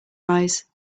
eyes